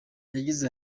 yagize